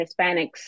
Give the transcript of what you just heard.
Hispanics